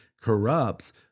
corrupts